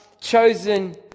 chosen